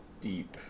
deep